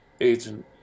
Agent